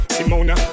Simona